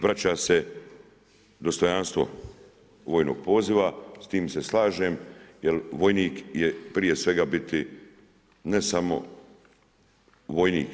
Vraća se dostojanstvo vojnog poziva, s tim se slažem jer vojnik je prije svega biti ne samo vojnik.